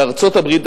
בארצות-הברית,